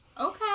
Okay